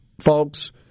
folks